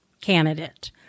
candidate